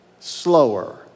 slower